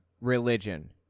religion